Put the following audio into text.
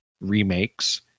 remakes